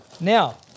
Now